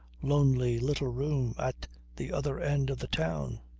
lonely little room at the other end of the town.